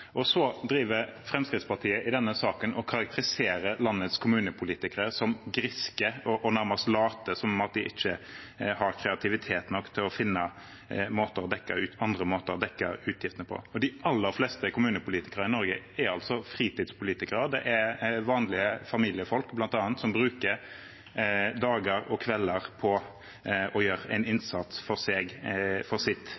Fremskrittspartiet driver i denne saken og karakteriserer landets kommunepolitikere som griske og nærmest late, som om at de ikke har kreativitet nok til å finne andre måter å dekke utgiftene på. De aller fleste kommunepolitikere i Norge er fritidspolitikere. Det er vanlige familiefolk, bl.a., som bruker dager og kvelder på å gjøre en innsats for sitt